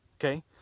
okay